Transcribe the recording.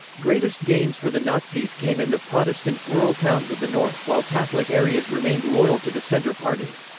greatest gains for the nazis came in the protestant, rural towns of the north, while catholic areas remained loyal to the centre party.